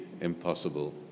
impossible